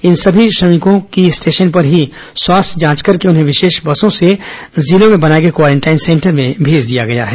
इन समी श्रमिकों की स्टेशन पर ही स्वास्थ्य जांच करके उन्हें विशेष बसों से जिलों में बनाए गए क्वारेंटाइन सेंटर में भेज दिया गया है